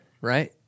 right